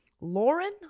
Lauren